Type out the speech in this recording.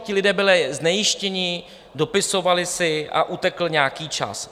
Ti lidé byli znejistěni, dopisovali si a utekl nějaký čas.